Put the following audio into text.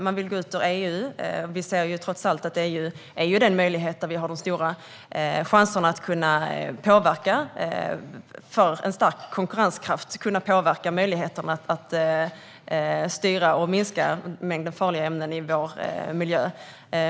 Man vill gå ur EU, och vi ser trots allt att EU är den möjlighet där de stora chanserna att påverka finns - för en stark konkurrenskraft och för möjligheten att minska mängden farliga ämnen i vår miljö.